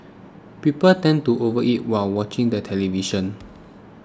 people tend to overeat while watching the television